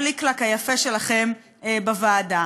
הפליק-לאק היפה שלכם בוועדה.